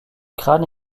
crâne